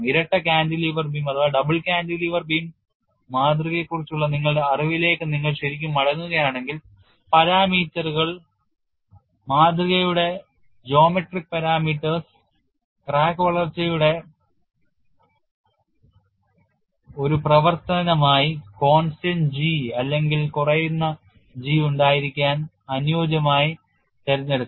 ഇരട്ട cantilever beam മാതൃകയെക്കുറിച്ചുള്ള നിങ്ങളുടെ അറിവിലേക്ക് നിങ്ങൾ ശരിക്കും മടങ്ങുകയാണെങ്കിൽ പാരാമീറ്ററുകൾ മാതൃകയുടെ ജ്യാമിതീയ പാരാമീറ്ററുകൾ ക്രാക്ക് വളർച്ചയുടെ ഒരു പ്രവർത്തനമായി constant G അല്ലെങ്കിൽ കുറയുന്ന G ഉണ്ടായിരിക്കാൻ അനുയോജ്യമായി തിരഞ്ഞെടുക്കാം